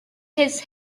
has